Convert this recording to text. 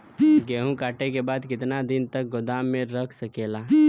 गेहूँ कांटे के बाद कितना दिन तक गोदाम में रह सकेला?